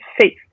faith